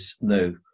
no